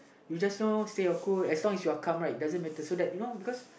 you just know stay your cool as long as you are calm right doesn't matter so that you know because